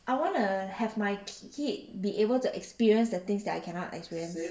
I want to have my kid be able to experience the things that I cannot experience